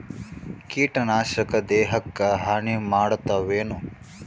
ಕೀಟನಾಶಕ ದೇಹಕ್ಕ ಹಾನಿ ಮಾಡತವೇನು?